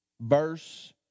verse